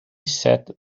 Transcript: sat